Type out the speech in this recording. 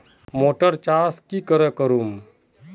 Motor चास की करे करूम?